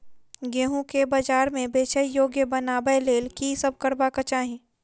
गेंहूँ केँ बजार मे बेचै योग्य बनाबय लेल की सब करबाक चाहि?